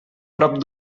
prop